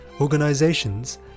organizations